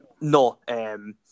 No